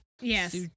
Yes